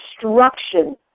destruction